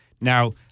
now